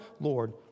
Lord